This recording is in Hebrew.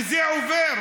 וזה עובר.